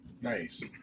nice